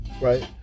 Right